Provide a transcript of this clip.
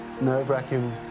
nerve-wracking